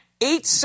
eight